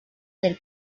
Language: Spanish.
del